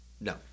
No